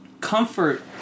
comfort